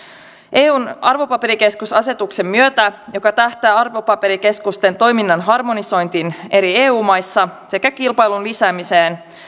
eun arvopaperikeskusasetuksen myötä joka tähtää arvopaperikeskusten toiminnan harmonisointiin eri eu maissa sekä kilpailun lisäämiseen